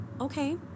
Okay